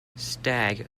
stagg